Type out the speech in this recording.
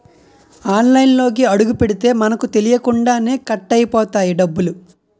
ఆన్లైన్లోకి అడుగుపెడితే మనకు తెలియకుండానే కట్ అయిపోతాయి డబ్బులు